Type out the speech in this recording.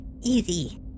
Easy